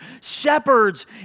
shepherds